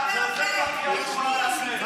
לא הסברת,